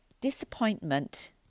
Disappointment